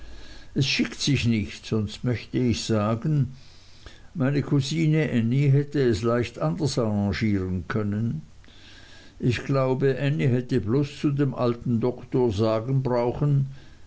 es schickt sich nicht sonst möchte ich sagen meine kusine ännie hätte es leicht anders arrangieren können ich glaube ännie hätte bloß zu dem alten doktor sagen brauchen